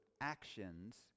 actions